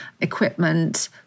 equipment